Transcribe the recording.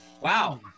wow